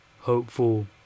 hopeful